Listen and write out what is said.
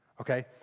Okay